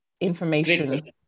information